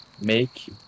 Make